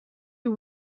you